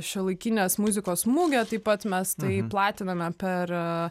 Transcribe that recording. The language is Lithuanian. šiuolaikinės muzikos mugę taip pat mes tai platiname per